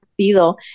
partido